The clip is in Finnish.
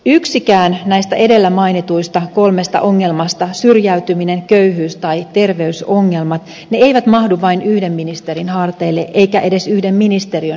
yksikään näistä edellä mainituista kolmesta ongelmasta syrjäytyminen köyhyys tai terveysongelmat ei mahdu vain yhden ministerin harteille eikä edes yhden ministeriön harteille